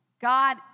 God